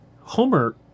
Homer